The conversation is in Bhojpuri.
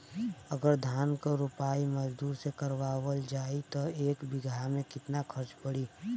अगर धान क रोपाई मजदूर से करावल जाई त एक बिघा में कितना खर्च पड़ी?